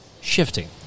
shifting